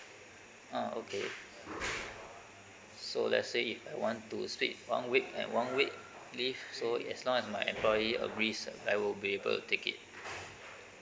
ah okay so let's say if I want to split one week and one week leave so as long as my employee agrees I will be able to take it